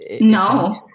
No